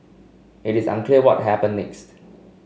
it is unclear what happened next